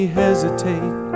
hesitate